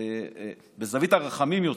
יותר בזווית הרחמים.